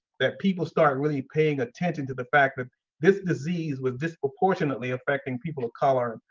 that people started really paying attention to the fact that this disease was disproportionately affecting people of color,